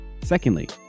Secondly